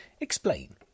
Explain